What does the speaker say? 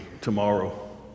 tomorrow